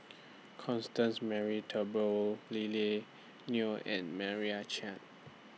Constance Mary Turnbull Lily Neo and Meira Chand